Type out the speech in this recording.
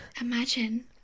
Imagine